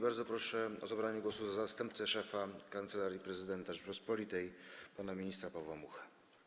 Bardzo proszę o zabranie głosu zastępcę szefa Kancelarii Prezydenta RP pana ministra Pawła Muchę.